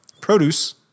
Produce